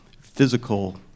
physical